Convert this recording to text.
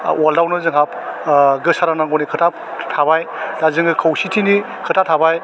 Albert आवनो जोंहा गोसार होनांगौनि खोथा थाबाय दा जोङो खौसेथिनि खोथा थाबाय